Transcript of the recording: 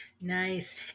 nice